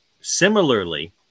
similarly